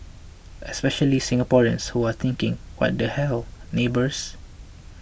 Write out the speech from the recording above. especially Singaporeans who are thinking what the hell neighbours